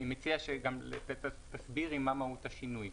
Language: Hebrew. אני מציע שגם תסבירי מה מהות השינוי.